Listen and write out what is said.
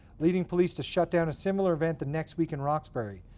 leading police to shut down a similar event the next week in roxbury.